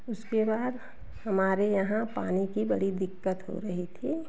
उसके बाद हमारे यहाँ पानी की बड़ी दिक्कत हो रही थी